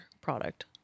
product